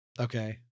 okay